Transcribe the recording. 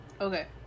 Okay